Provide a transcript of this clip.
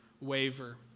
waver